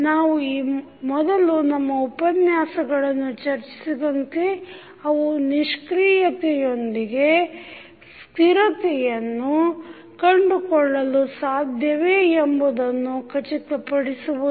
ನಾವು ಈ ಮೊದಲು ನಮ್ಮ ಉಪನ್ಯಾಸಗಳನ್ನು ಚರ್ಚಿಸಿದಂತೆ ಅವು ನಿಷ್ಕ್ರಿಯತೆಯೊಂದಿಗೆ ಸ್ಥಿರತೆಯನ್ನು ಕಂಡುಕೊಳ್ಳಲು ಸಾಧ್ಯವೇ ಎಂಬುದನ್ನು ಖಚಿತಪಡಿಸುವುದು